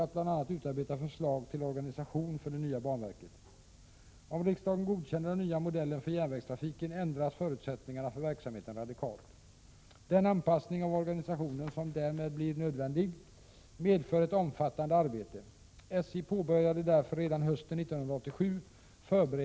Samtidigt med denna omorganisation pågår planer på en sammanläggning av regionerna. Detta innebär flyttning av personal från Sundsvall, Örebro och Norrköping. Även denna omorganisation kommer att innebära en viss åderlåtning på personal vid de nya regionkontoren.